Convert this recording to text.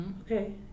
Okay